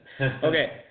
Okay